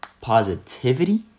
positivity